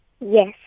Yes